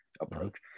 approach